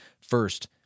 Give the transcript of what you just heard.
First